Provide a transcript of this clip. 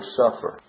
suffer